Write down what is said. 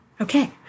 okay